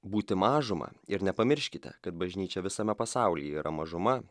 būti mažuma ir nepamirškite kad bažnyčia visame pasaulyje yra mažuma